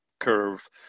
curve